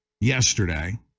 yesterday